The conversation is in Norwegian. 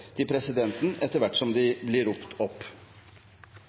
til presidenten etter hvert som de blir ropt opp.